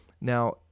Now